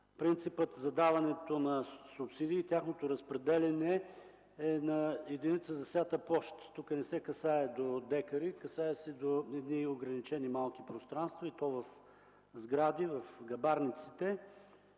Принципът за даването на субсидии и тяхното разпределяне е на единица засята площ. Тук не се касае до декари, касае се до едни ограничени малки пространства – и то в сгради, в гъбарниците.